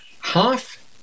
Half